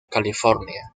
california